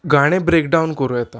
गाणें break down करूं येता